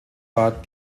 war